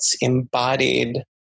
embodied